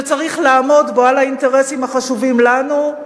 שצריך לעמוד בו על האינטרסים החשובים לנו.